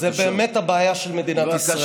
זאת באמת הבעיה של מדינת ישראל.